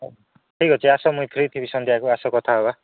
ହଉ ଠିକ୍ ଅଛି ଆସ ମୁଇଁ ଫ୍ରି ଥିବି ସନ୍ଧ୍ୟାକୁ ଆସ କଥା ହେବା